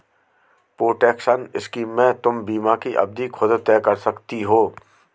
protection scheme से तुम बीमा की अवधि खुद तय कर सकती हो